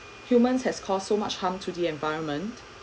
human has caused so much harm to the environment